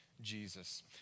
Jesus